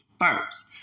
first